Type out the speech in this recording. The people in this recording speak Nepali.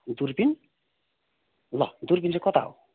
दुर्पिन ल दुर्पिन चाहिँ कता हो